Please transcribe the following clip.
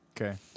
Okay